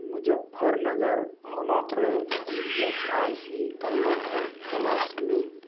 ᱢᱚᱡᱚᱯᱯᱷᱚᱨᱱᱚᱜᱚᱨ ᱦᱚᱱᱚᱛ ᱨᱮ E S I C ᱛᱟᱞᱢᱟ ᱠᱚ ᱛᱚᱞᱟᱥᱢᱮ